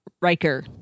Riker